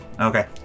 Okay